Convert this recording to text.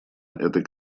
этой